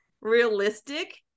realistic